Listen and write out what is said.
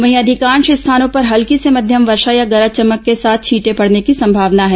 वहीं अधिकांश स्थानों पर हल्की से मध्यम वर्षा या गरज चमक के साथ छींटे पडने की संभावना है